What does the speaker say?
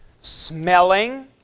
smelling